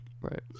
Right